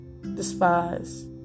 despise